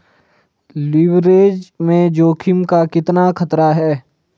Leverage में जोखिम का कितना खतरा है?